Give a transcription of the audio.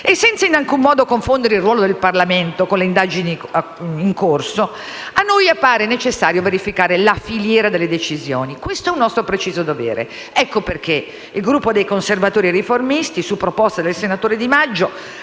Senza in alcun modo confondere il ruolo del Parlamento con le indagini in corso, a noi appare necessario verificare la filiera delle decisioni: questo è un nostro preciso dovere. Ecco perché il Gruppo dei Conservatori Riformisti, su proposta del senatore Di Maggio,